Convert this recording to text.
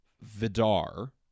Vidar